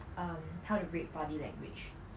um how to read body language